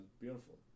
Beautiful